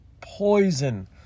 poison